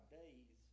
days